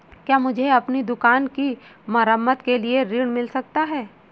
क्या मुझे अपनी दुकान की मरम्मत के लिए ऋण मिल सकता है?